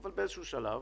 אבל באיזשהו שלב,